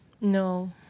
No